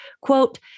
quote